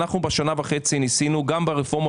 בשנה וחצי האחרונות ניסינו גם ברפורמה